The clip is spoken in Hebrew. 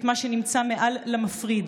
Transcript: את מה שנמצא מעל למפריד